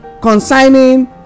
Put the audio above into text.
consigning